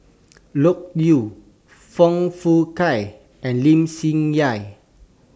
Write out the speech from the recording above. Loke Yew Foong Fook Kay and Lim Swee Say